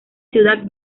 ciudad